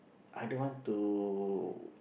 i don't want to